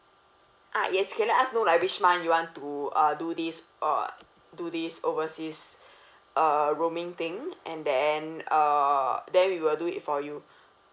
ah yes can let us know like which month you want to uh do this uh do this overseas uh roaming thing and then uh then we will do it for you